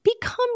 become